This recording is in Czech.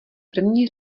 první